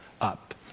up